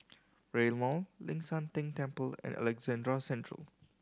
Rail Mall Ling San Teng Temple and Alexandra Central